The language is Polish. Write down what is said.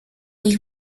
ich